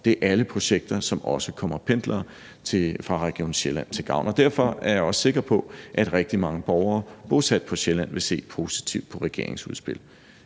Det er alle projekter, som også kommer pendlere fra Region Sjælland til gavn. Derfor er jeg også sikker på, at rigtig mange borgere bosat på Sjælland vil se positivt på regeringens udspil.